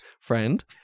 friend